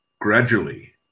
gradually